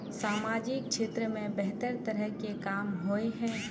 सामाजिक क्षेत्र में बेहतर तरह के काम होय है?